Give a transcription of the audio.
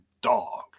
Dog